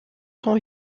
sont